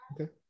okay